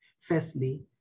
firstly